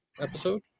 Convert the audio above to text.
episode